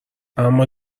اما